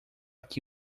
que